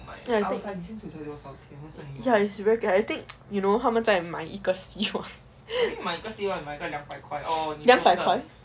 ya think ya is very weird I think 他们是在买一个希望两百块